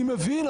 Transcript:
אני מבין,